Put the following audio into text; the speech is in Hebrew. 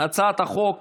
הצעת חוק